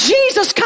Jesus